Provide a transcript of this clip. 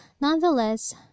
Nonetheless